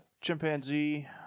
chimpanzee